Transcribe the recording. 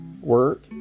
work